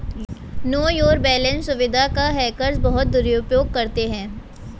no your balance सुविधा का hackers बहुत दुरुपयोग करते हैं